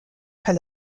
par